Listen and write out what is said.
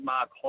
Mark